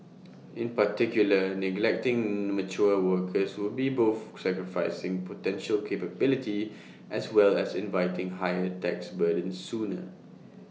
in particular neglecting mature workers would be both sacrificing potential capability as well as inviting higher tax burdens sooner